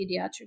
pediatric